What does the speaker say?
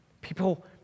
People